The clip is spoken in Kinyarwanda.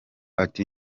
ati